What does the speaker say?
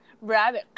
rabbit